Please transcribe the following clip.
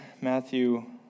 Matthew